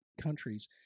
countries